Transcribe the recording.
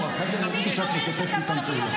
פי חמישה מתושבי הנגב.